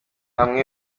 hamwe